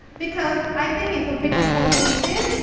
because i think it's a big opportunity,